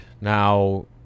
Now